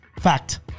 Fact